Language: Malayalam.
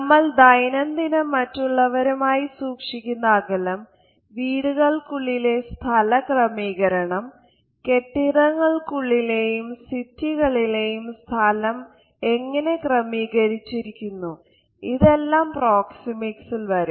നമ്മൾ ദൈനംദിനം മറ്റുള്ളവരുമായി സൂക്ഷിക്കുന്ന അകലം വീടുകൾക്കുള്ളിലുള്ള സ്ഥല ക്രമീകരണം കെട്ടിടങ്ങൾക്കുള്ളിലെയും സിറ്റികളിലെയും സ്ഥലം എങ്ങനെ ക്രമീകരിച്ചിരിക്കുന്നു ഇതെല്ലാം പ്രോക്സിമിക്സിൽ വരും